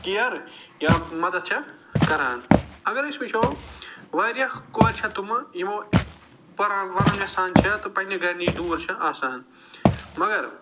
care یا مدتھ چھےٚ کَران اگر أسۍ وٕچھو وارِیاہ کورِ چھےٚ تِمہٕ یِمو پران ورُن یَژھان چھےٚ تہٕ پنٛنہِ گَرِ نِش دوٗر چھِ آسان مگر